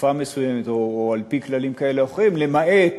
לתקופה מסוימת או על-פי כללים כאלה או אחרים, למעט